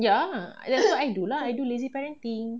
ya that's what I do lah I do lazy parenting